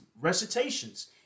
recitations